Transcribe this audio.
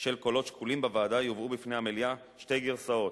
של קולות שקולים בוועדה יובאו בפני המליאה שתי גרסאות.